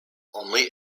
only